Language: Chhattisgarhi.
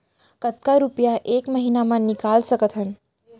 कतका रुपिया एक महीना म निकाल सकथन?